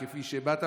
כפי שהבעת,